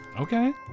Okay